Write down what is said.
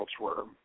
elsewhere